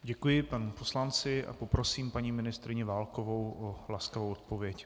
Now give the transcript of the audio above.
Děkuji panu poslanci a poprosím paní ministryni Válkovou o laskavou odpověď.